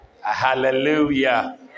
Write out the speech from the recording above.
Hallelujah